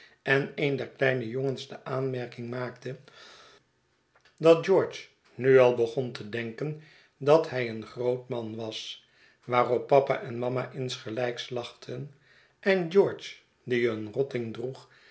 en een der kieine jongens de aanmerkirig maakte dat george nu al begon te denken dat hij een groot man was waarop papa en mama insgelijks lachten en george die een rotting droeg